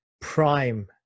prime